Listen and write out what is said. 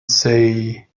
say